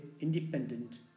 independent